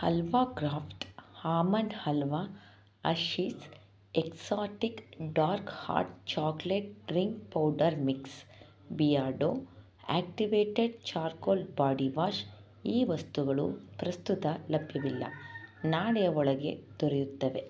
halwa Kraft almond halwa Hershey's exotic dark hot chocolate drink powder mix Beardo activated charcoal body wash ಈ ವಸ್ತುಗಳು ಪ್ರಸ್ತುತ ಲಭ್ಯವಿಲ್ಲ ನಾಳೆಯ ಒಳಗೆ ದೊರೆಯುತ್ತವೆ